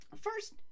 first